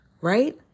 right